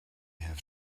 have